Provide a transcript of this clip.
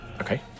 Okay